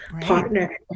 partner